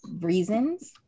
reasons